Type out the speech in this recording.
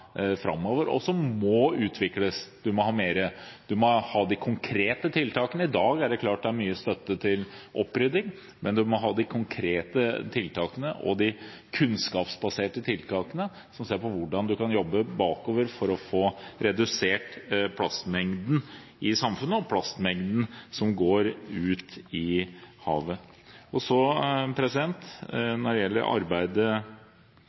framover, og som må utvikles. Man må ha de konkrete tiltakene. I dag er det mye støtte til opprydding, men man må ha de konkrete tiltakene og de kunnskapsbaserte tiltakene, som ser på hvordan man kan jobbe framover for å få redusert plastmengden i samfunnet og plastmengden som går ut i havet. Når det gjelder arbeidet internasjonalt, er det helt naturlig at Norge, som en stor både marin og